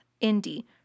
Indy